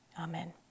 Amen